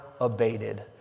abated